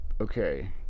Okay